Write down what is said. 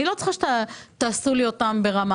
אני לא צריכה שתעשו לי אותם ברמה,